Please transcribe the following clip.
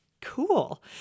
Cool